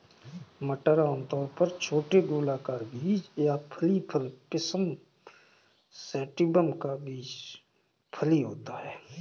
मटर आमतौर पर छोटे गोलाकार बीज या फली फल पिसम सैटिवम का बीज फली होता है